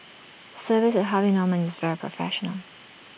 service at Harvey Norman is very professional